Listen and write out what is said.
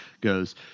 goes